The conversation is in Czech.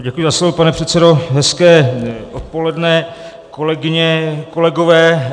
Děkuji za slovo, pane předsedo, hezké odpoledne, kolegyně, kolegové.